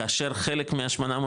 כאשר חלק מה-823,